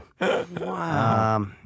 Wow